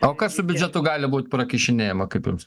o kas su biudžetu gali būt prakišinėjama kaip jums